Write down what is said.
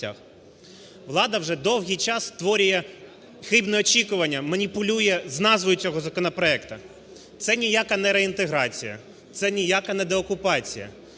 Влада вже довгий час створює хибне очікування, маніпулює з назвою цього законопроекту. Це ніяка не реінтеграція, це ніяка не деокупація.